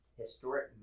historic